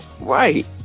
Right